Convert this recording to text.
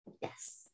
Yes